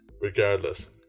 Regardless